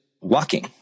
walking